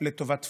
לטובת תפילה.